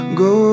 go